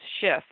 shift